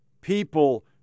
people